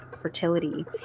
fertility